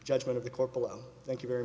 judgment of the court below thank you very